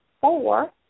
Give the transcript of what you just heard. four